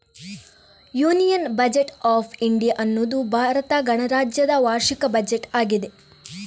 union budget of India ಅನ್ನುದು ಭಾರತ ಗಣರಾಜ್ಯದ ವಾರ್ಷಿಕ ಬಜೆಟ್ ಆಗಿದೆ